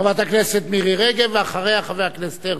חברת הכנסת מירי רגב, ואחריה, חבר הכנסת הרצוג.